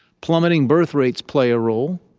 plummeting birth rates play a role.